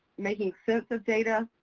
making sense of data.